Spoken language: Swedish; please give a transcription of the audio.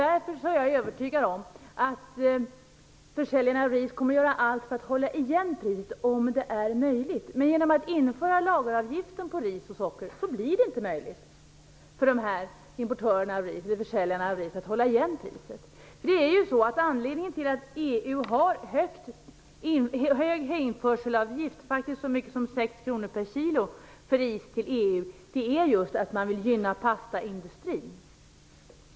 Därför är jag övertygad om att försäljarna av ris kommer att göra allt för att hålla nere priset. Genom att man inför lageravgiften på ris och socker blir det inte möjligt för försäljarna av ris att hålla nere priset. Anledningen till att EU har en hög införselavgift på ris - den är faktiskt 6 kr per kilo - är just att man vill gynna pastaindustrin.